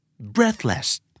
breathless